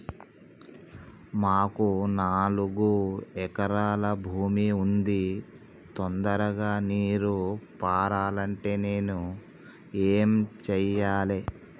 మాకు నాలుగు ఎకరాల భూమి ఉంది, తొందరగా నీరు పారాలంటే నేను ఏం చెయ్యాలే?